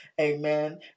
Amen